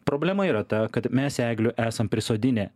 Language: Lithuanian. problema yra ta kad mes eglių esam prisodinę